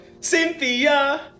cynthia